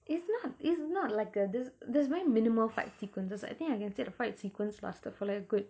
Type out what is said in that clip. it's not it's not like a there's there's very minimal fight sequences I think I can say the fight sequence lasted for like a good